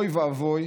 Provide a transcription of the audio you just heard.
אוי ואבוי